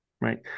Right